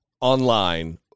online